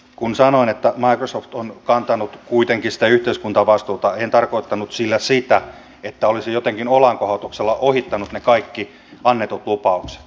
kun sanoin että microsoft on kantanut kuitenkin sitä yhteiskuntavastuuta en tarkoittanut sillä sitä että olisin jotenkin olankohautuksella ohittanut ne kaikki annetut lupaukset